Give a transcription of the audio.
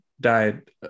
died